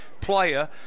player